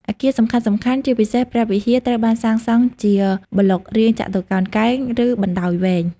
អគារសំខាន់ៗ ជាពិសេសព្រះវិហារត្រូវបានសាងសង់ជាប្លុករាងចតុកោណកែង ឬបណ្តោយវែង។